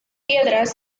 piedras